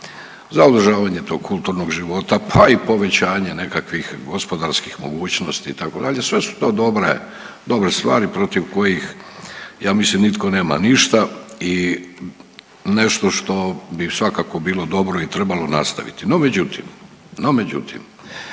za održavanje tog kulturnog života, pa i povećanje nekakvih gospodarskih mogućnosti itd., sve su to dobre, dobre stvari protiv kojih ja mislim nitko nema ništa i nešto što bi svakako bilo dobro i trebalo nastaviti. No međutim, no međutim,